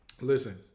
listen